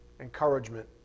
encouragement